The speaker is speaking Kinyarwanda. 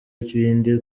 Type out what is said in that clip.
ibindi